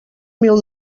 mil